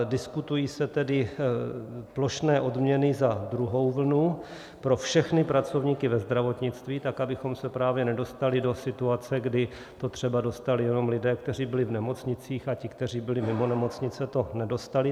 Diskutují se tedy plošné odměny za druhou vlnu pro všechny pracovníky ve zdravotnictví, tak abychom se právě nedostali do situace, kdy to třeba dostali jenom lidé, kteří byli v nemocnicích, a ti, kteří byli mimo nemocnice, to nedostali.